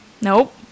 Nope